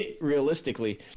realistically